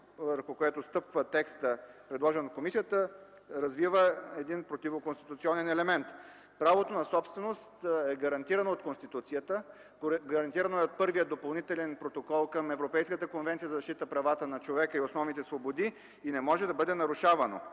върху което стъпва текстът, предложен от комисията, развива противоконституционен елемент. Правото на собственост е гарантирано от Конституцията, гарантирано е от Първия допълнителен протокол към Европейската конвенция за защита правата на човека и основните свободи и не може да бъде нарушавано.